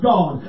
God